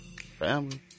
family